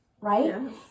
right